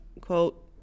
quote